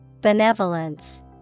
Benevolence